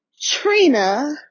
Trina